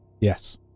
Yes